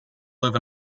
live